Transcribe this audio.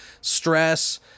stress